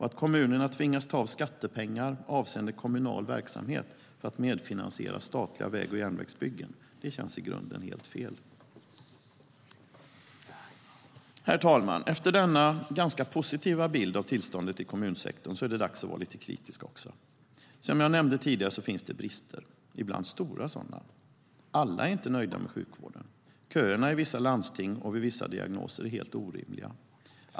Att kommunerna tvingas ta av skattepengar avseende kommunal verksamhet för att medfinansiera statliga väg och järnvägsbyggen känns i grunden helt fel. Herr talman! Efter denna ganska positiva bild av tillståndet i kommunsektorn är det dags att också vara lite kritisk. Som jag nämnde tidigare finns det brister, ibland stora sådana. Alla är inte nöjda med sjukvården. Köerna i vissa landsting och vid vissa diagnoser är helt orimliga.